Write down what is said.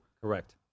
Correct